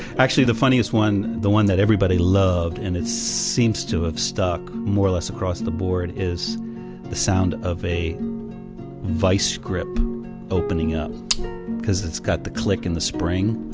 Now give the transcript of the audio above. actually the funniest one, the one that everybody loved, and it seems to have stuck more or less across the board, is the sound of a vice grip opening up because it's got the click and the spring.